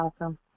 awesome